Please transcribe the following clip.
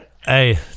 Hey